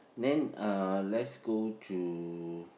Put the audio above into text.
then uh let's go to